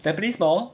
tampines mall